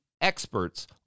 experts